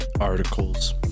Articles